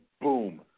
boom